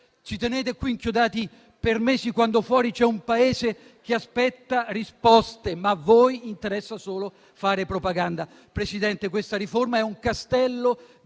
Ci tenete qui inchiodati per mesi quando fuori c'è un Paese che aspetta risposte, ma a voi interessa solo fare propaganda. Presidente, questa riforma è un castello di